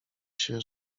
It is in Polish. się